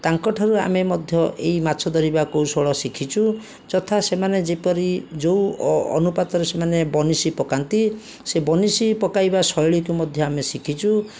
ତାଙ୍କଠାରୁ ଆମେ ମଧ୍ୟ ଏହି ମାଛ ଧରିବା କୌଶଳ ଶିଖିଛୁ ଯଥା ସେମାନେ ଯେପରି ଯେଉଁ ଅନୁପାତରେ ସେମାନେ ବନିଶୀ ପକାନ୍ତି ସେ ବନିଶୀ ପକାଇବା ଶୈଳୀକୁ ମଧ୍ୟ ଆମେ ଶିଖିଛୁ